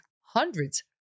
hundreds